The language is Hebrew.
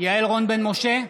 יעל רון בן משה,